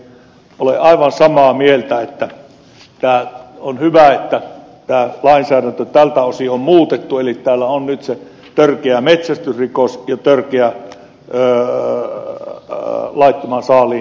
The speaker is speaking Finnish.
olen aivan samaa mieltä että on hyvä että lainsäädäntö tältä osin on muutettu eli täällä on nyt se törkeä metsästysrikos ja törkeä laittoman saaliin kätkeminen